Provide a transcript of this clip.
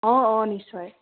অঁ অঁ নিশ্চয়